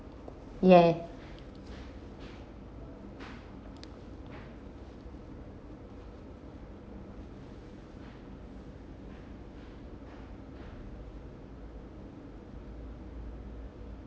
yeah